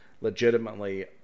legitimately